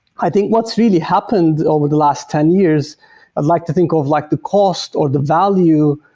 i think what's really happened over the last ten years, i'd like to think of like the cost or the value,